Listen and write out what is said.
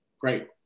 great